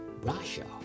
Russia